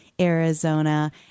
Arizona